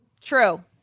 True